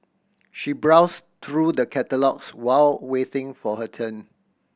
she browsed through the catalogues while waiting for her turn